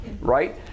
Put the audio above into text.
right